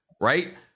Right